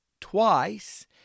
twice